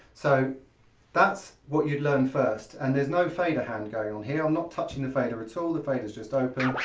so that's what you'd learn first and there's no fader hand going on here, i'm not touching the fader at so all, the fader's just open.